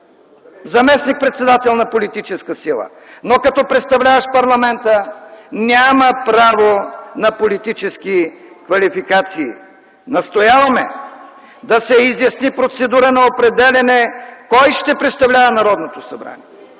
заместник-председател на политическа сила, но като представляващ парламента няма право на политически квалификации. Настояваме да се изясни процедура на определяне кой ще представлява Народното събрание!